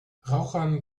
rauchern